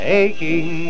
aching